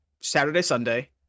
Saturday-Sunday